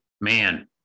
Man